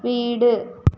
വീട്